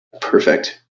Perfect